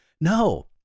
No